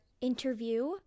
interview